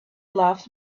laughed